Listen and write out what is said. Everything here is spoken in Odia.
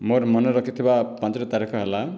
ମୋର ମନେ ରଖିଥିବା ପାଞ୍ଚଟି ତାରିଖ ହେଲା